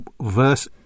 verse